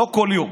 לא כל יום,